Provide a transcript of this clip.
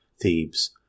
Thebes